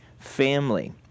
Family